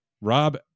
Rob